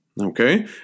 Okay